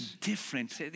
different